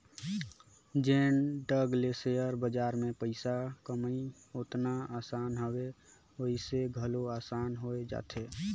जेन ढंग ले सेयर बजार में पइसा कमई ओतना असान हवे वइसने घलो असान होए जाथे